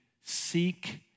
seek